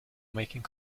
making